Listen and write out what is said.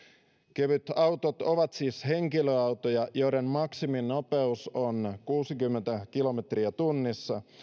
kevytautot ovat siis henkilöautoja joiden maksiminopeus on kuusikymmentä kilometriä tunnissa